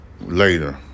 later